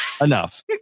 Enough